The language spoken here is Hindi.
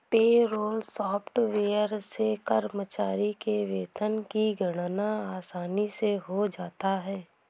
पेरोल सॉफ्टवेयर से कर्मचारी के वेतन की गणना आसानी से हो जाता है